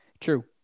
True